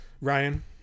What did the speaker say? Ryan